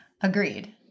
Agreed